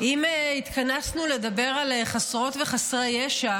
אם התכנסו לדבר על חסרות וחסרי ישע,